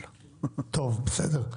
בסדר.